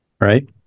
right